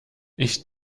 ich